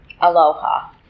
Aloha